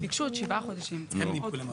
הם נימקו.